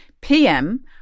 PM